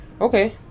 Okay